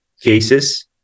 cases